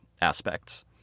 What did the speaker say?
aspects